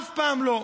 אף פעם לא.